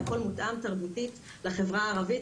והכל מותאם תרבותית לחברה הערבית,